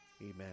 Amen